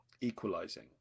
equalizing